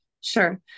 Sure